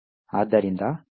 ಆದ್ದರಿಂದ hello